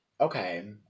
okay